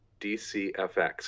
DC-FX